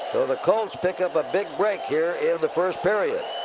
the colts pick up a big break here in the first period.